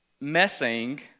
messing